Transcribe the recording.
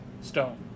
Stone